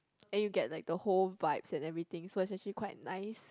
and you get like the whole vibes and everything so is actually quite nice